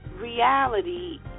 reality